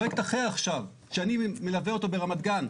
פרויקט אחר עכשיו, שאני מלווה אותו ברמת גן.